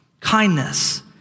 kindness